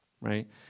Right